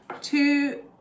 Two